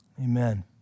Amen